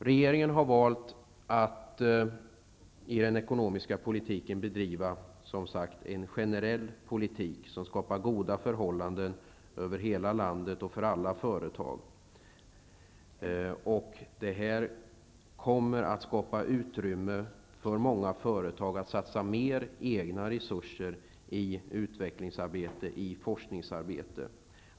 Regeringen har valt att i den ekonomiska politiken bedriva en generell politik som skapar goda förhållanden över hela landet och för alla företag. Detta kommer att skapa utrymme för många företag att satsa mer egna resurser i utvecklingsoch forskningsarbete.